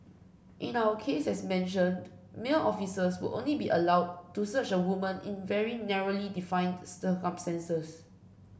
in our case as mentioned male officers will only be allowed to search a woman in very narrowly defined circumstances